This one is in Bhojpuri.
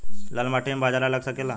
लाल माटी मे बाजरा लग सकेला?